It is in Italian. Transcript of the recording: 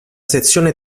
sezione